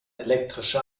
elektrische